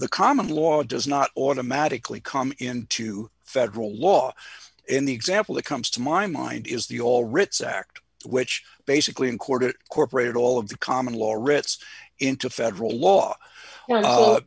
the common law does not automatically come into federal law in the example that comes to my mind is the all writs act which basically in court it corporate all of the common law writs into federal law well